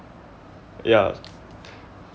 ya